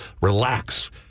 Relax